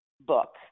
book